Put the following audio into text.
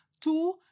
Two